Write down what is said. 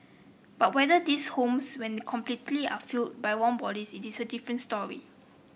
but whether these homes when completed are filled by warm bodies is a different story